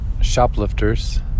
shoplifters